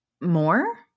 More